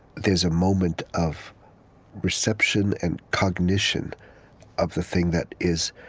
there's a moment of reception and cognition of the thing that is,